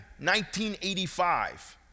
1985